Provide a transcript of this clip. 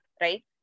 right